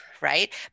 right